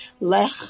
Lech